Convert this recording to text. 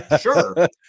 sure